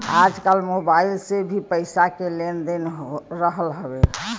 आजकल मोबाइल से भी पईसा के लेन देन हो रहल हवे